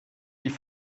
die